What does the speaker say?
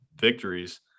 victories